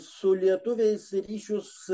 su lietuviais ryšius